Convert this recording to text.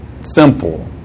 simple